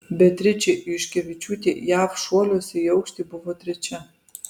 beatričė juškevičiūtė jav šuoliuose į aukštį buvo trečia